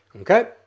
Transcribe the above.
Okay